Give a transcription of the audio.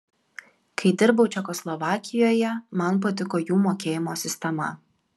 kai dirbau čekoslovakijoje man patiko jų mokėjimo sistema